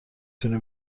تونی